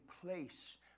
place